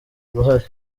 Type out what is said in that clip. uruhare